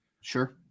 sure